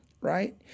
right